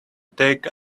take